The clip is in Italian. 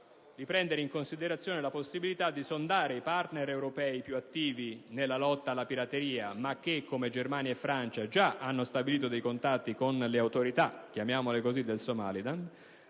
di prendere in considerazione sia la possibilità di sondare i *partner* europei più attivi nella lotta alla pirateria, come Germania e Francia, che hanno già stabilito dei contatti con le autorità - definiamole anche in